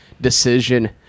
decision